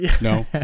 No